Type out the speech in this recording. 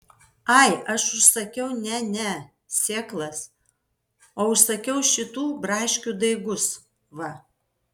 ai aš užsakiau ne ne sėklas o užsakiau šitų braškių daigus va